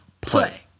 play